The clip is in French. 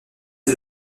est